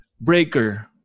Breaker